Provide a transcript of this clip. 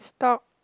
stop